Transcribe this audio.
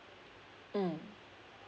mm